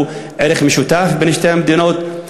הוא ערך משותף לשתי המדינות?